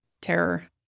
terror